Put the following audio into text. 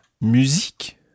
musique